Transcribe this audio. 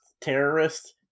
terrorist